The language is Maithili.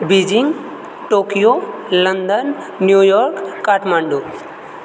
Beijing Tokyo London New York Kathmandu